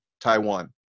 Taiwan